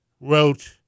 wrote